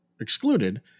excluded